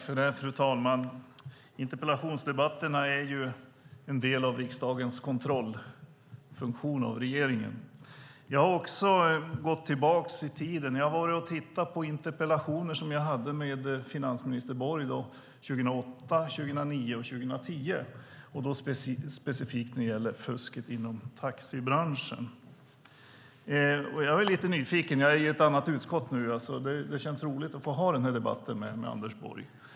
Fru talman! Interpellationsdebatterna är en del av riksdagens kontroll av regeringen. Jag har också gått tillbaka i tiden och tittat på interpellationsdebatter som jag hade med finansminister Borg 2008, 2009 och 2010, specifikt när det gäller fusket inom taxibranschen. Jag är lite nyfiken. Jag är i ett annat utskott nu, så det känns roligt att få ha den här debatten med Anders Borg. Anders Borg har sina förtjänster.